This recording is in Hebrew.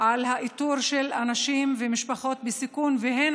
על האיתור של אנשים ומשפחות בסיכון והן